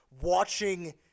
watching